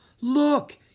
look